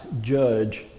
judge